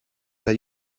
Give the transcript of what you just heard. that